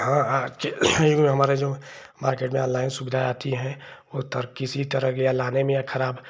हाँ हाँ हमारी जो मार्केट में सुविधा आती है वह किसी तरह लाने में या खराब